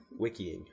Wikiing